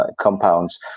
compounds